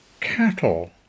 cattle